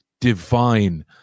divine